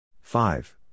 Five